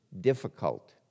difficult